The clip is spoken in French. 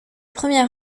premiers